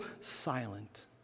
silent